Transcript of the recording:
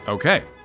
Okay